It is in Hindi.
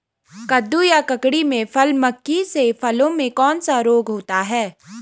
कद्दू या ककड़ी में फल मक्खी से फलों में कौन सा रोग होता है?